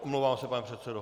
Omlouvám se, pane předsedo.